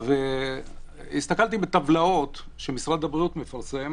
הסתכלתי בטבלאות שמשרד הבריאות מפרסם